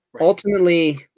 Ultimately